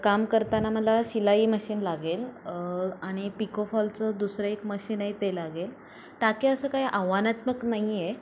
काम करताना मला शिलाई मशीन लागेल आणि पिकोफॉलचं दुसरं एक मशीन आहे ते लागेल टाके असं काही आव्हानात्मक नाही आहे